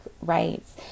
rights